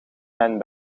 mijn